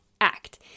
act